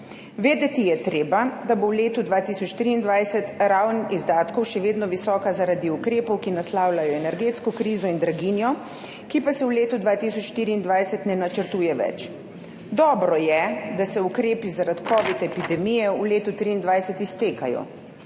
Vedeti je treba, da bo v letu 2023 raven izdatkov še vedno visoka, zaradi ukrepov, ki naslavljajo energetsko krizo in draginjo, ki pa se v letu 2024 ne načrtuje več. Dobro je, da se ukrepi, zaradi covid epidemije v letu 2023 iztekajo.